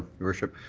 your worship.